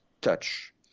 touch